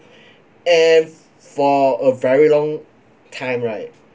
and for a very long time right